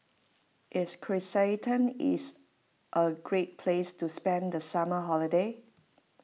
is Kyrgyzstan is a great place to spend the summer holiday